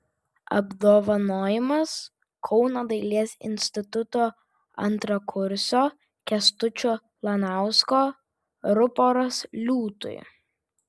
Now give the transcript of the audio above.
apdovanojimas kauno dailės instituto antrakursio kęstučio lanausko ruporas liūtui